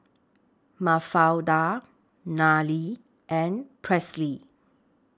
Mafalda Nery and Presley